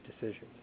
decisions